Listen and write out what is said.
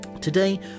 Today